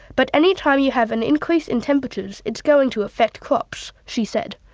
but any time you have an increase in temperatures it's going to affect crops she said.